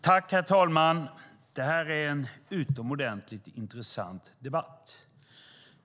Herr talman! Det är en utomordentligt intressant debatt.